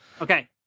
Okay